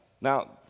Now